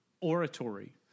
oratory